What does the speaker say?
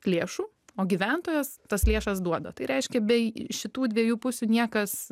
lėšų o gyventojas tas lėšas duoda tai reiškia be šitų dviejų pusių niekas